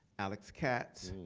alex katz.